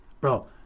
Bro